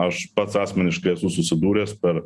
aš pats asmeniškai esu susidūręs per